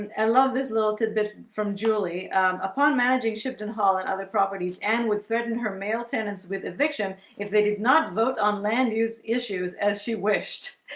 and love this little tidbit from julie upon managing shipton hall and other properties and would threaten her male tenants with eviction if they did not vote on land-use issues as she wished